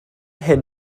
hyn